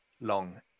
long